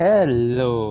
Hello